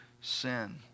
sin